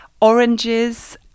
oranges